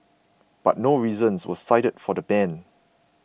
but no reasons were cited for the ban